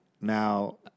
Now